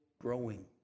growing